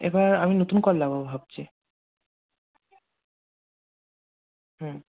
এবার আমি নতুন কল লাগাবো ভাবছি হুম